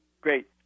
Great